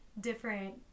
different